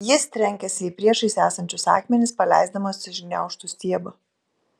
jis trenkėsi į priešais esančius akmenis paleisdamas iš gniaužtų stiebą